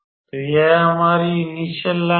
तो यह हमारी इनिश्यल लाइन है